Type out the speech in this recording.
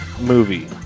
movie